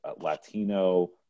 Latino